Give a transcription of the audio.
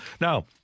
Now